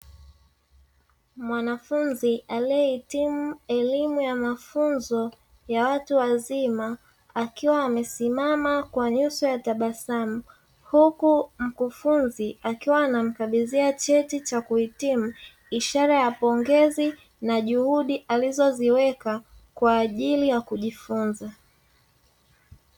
Mwanafunzi aliyehitimu elimu ya mafunzo ya watu wazima akiwa amesimama kwa nyuso ya tabasamu. Huku mkufunzi akiwa anamkabidhi cheti cha kuhitimu, ishara ya pongezi na juhudi alizoziweka kwa ajili ya kujifunza.